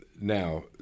Now